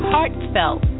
Heartfelt